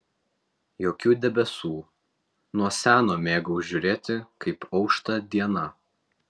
jokių debesų nuo seno mėgau žiūrėti kaip aušta diena